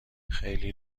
خیلی